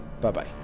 Bye-bye